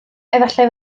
efallai